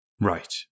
Right